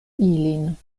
ilin